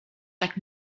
tak